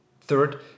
third